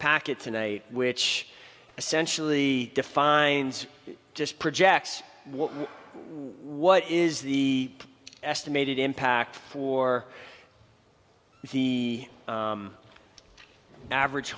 packet today which essentially defines just projects what is the estimated impact for the average